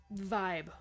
vibe